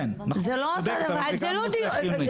נכון, צודקת, אבל זה גם --- עאידה, אנחנו